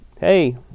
hey